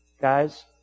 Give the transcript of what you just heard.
Guys